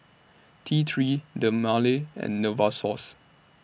T three Dermale and Novosource